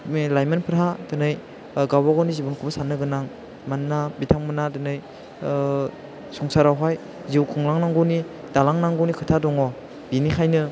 लाइमोनफोरहा दिनै गावबा गावनि जिबनखौबो सान्नो गोनां मानोना बिथांमोनहा दिनै संसाराव हाय जिउ खुंलांनांगौनि दालांनांगौनि खोथा दङ बेनिखायनो